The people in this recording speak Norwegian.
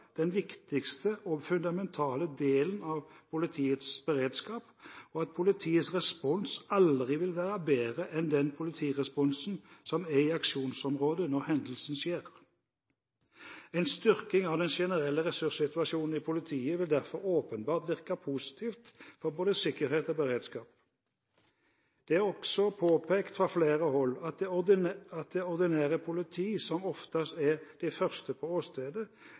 den viktigste og fundamentale delen av politiets beredskap, og at politiets respons aldri vil være bedre enn den politiresponsen som er i aksjonsområdet når hendelsen skjer. En styrking av den generelle ressurssituasjonen i politiet vil derfor åpenbart virke positivt for både sikkerhet og beredskap. Det er også påpekt fra flere hold at det ordinære politiet, som oftest er de første på